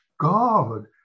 God